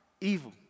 evil